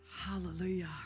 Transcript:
Hallelujah